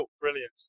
Brilliant